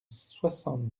soixante